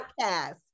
podcast